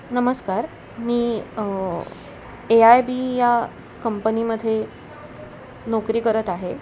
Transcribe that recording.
नमस्कार मी A I B या कंपनीमध्ये नोकरी करत आहे